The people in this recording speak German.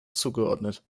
zugeordnet